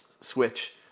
Switch